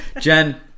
Jen